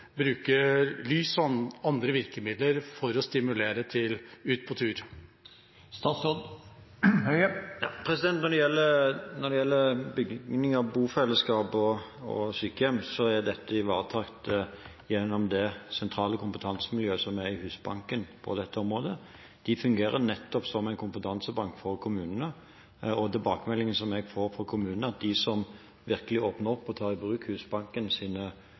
på tur. Når det gjelder bygninger, bofellesskap og sykehjem, er dette ivaretatt gjennom det sentrale kompetansemiljøet, som er Husbanken, på dette området. De fungerer nettopp som en kompetansebank for kommunene. Tilbakemeldingene jeg får fra kommunene, er at de som virkelig åpner opp og tar i bruk